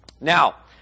Now